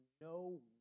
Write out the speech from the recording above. no